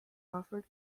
offered